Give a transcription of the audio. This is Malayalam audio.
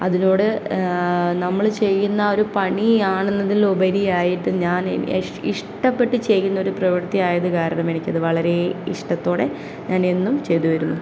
അതിലൂടെ നമ്മൾ ചെയ്യുന്ന ഒരു പണിയാണ് എന്നതിൽ ഉപരിയായിട്ട് ഞാൻ ഇഷ്ടപ്പെട്ട് ചെയ്യുന്ന ഒരു പ്രവൃത്തിയായത് കാരണം എനിക്കത് വളരെ ഇഷ്ടത്തോടെ ഞാനെന്നും ചെയ്തുവരുന്നു